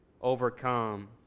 overcome